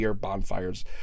Bonfires